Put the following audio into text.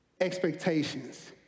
expectations